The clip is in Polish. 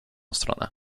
stronę